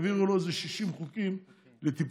העבירו לו 60 חוקים לטיפול.